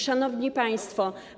Szanowni Państwo!